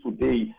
today